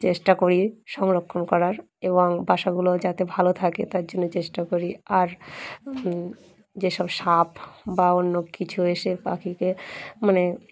চেষ্টা করি সংরক্ষণ করার এবং বাসাগুলো যাতে ভালো থাকে তার জন্য চেষ্টা করি আর যেসব সাপ বা অন্য কিছু এসে পাখিকে মানে